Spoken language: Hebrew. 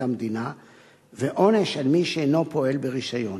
המדינה ועונש על מי שאינו פועל ברשיון.